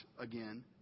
again